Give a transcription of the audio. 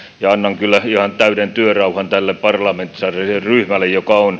annan kyllä ihan täyden työrauhan tälle parlamentaariselle ryhmälle